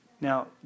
Now